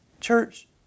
church